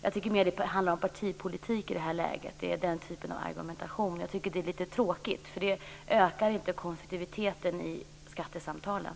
Jag tycker att det mer handlar om partipolitik i det här läget. Det är den typen av argumentation. Jag tycker att det är lite tråkigt, eftersom det inte ökar konstruktiviteten i skattesamtalen.